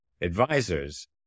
advisors